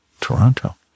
toronto